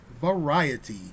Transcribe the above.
variety